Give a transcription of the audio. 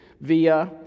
via